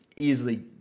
easily